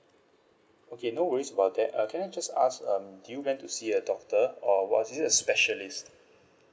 okay no worries about that uh can I just ask um do you went to see a doctor or was it a specialist